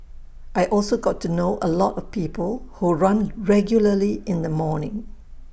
I also got to know A lot of people who run regularly in the morning